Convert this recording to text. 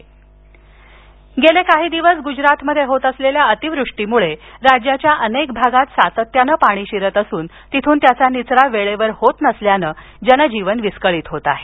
शहा गेले काही दिवस गुजरातमध्ये होत असलेल्या अतिवृष्टीमुळे राज्याच्या अनेक भागात सातत्यानं पाणी शिरत असून तिथून त्याचा निचरा वेळेवर होत नसल्यानं जनजीवन विस्कळीत होत आहे